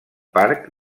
parc